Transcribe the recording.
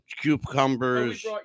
cucumbers